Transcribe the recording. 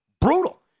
Brutal